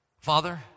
Father